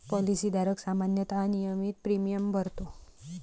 policy धारक सामान्यतः नियमितपणे प्रीमियम भरतो